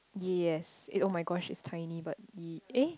yes it oh my gosh it's tiny but y~ eh